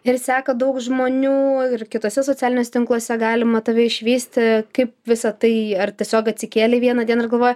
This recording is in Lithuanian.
ir seka daug žmonių ir kituose socialiniuose tinkluose galima tave išvysti kaip visą tai ar tiesiog atsikėlei vieną dieną galvoji